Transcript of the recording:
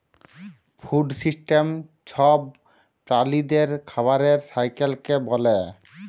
food system ছব প্রালিদের খাবারের সাইকেলকে ব্যলে